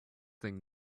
thing